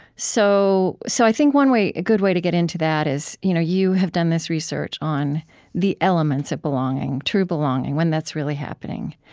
so so i think one way, a good way to get into that is, you know you have done this research on the elements of belonging, true belonging, when that's really happening.